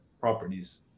properties